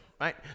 right